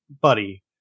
Buddy